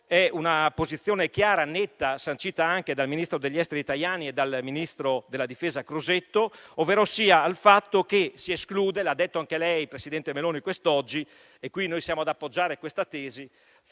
È una posizione chiara, netta, sancita anche dal ministro degli affari esteri Tajani e dal ministro della difesa Crosetto, ovverosia si esclude - l'ha detto anche lei, presidente Meloni, quest'oggi e qui noi siamo ad appoggiare questa tesi